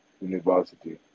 university